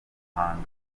muhanga